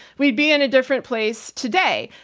we'd be in a different place today.